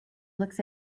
looks